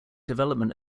development